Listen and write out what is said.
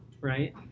right